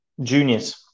juniors